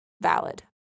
valid